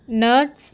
nuts